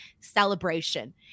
Celebration